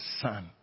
Son